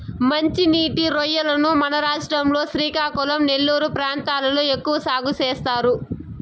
మంచి నీటి రొయ్యలను మన రాష్ట్రం లో శ్రీకాకుళం, నెల్లూరు ప్రాంతాలలో ఎక్కువ సాగు చేస్తారు